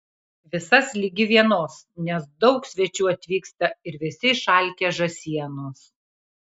visas ligi vienos nes daug svečių atvyksta ir visi išalkę žąsienos